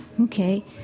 Okay